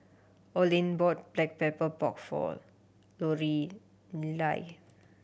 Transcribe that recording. Olin bought Black Pepper Pork for Lorelei